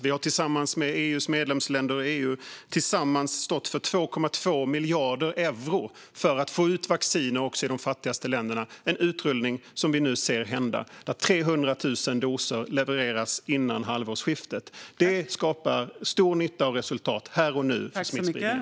Vi har tillsammans med EU:s medlemsländer i EU tillsammans stått för 2,2 miljarder euro för att få ut vaccin också i de fattigaste länderna, en utrullning som vi nu ser hända där 300 000 doser levereras före halvårsskiftet. Det skapar stor nytta och resultat här och nu för smittspridningen.